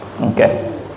Okay